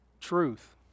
truth